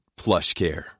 PlushCare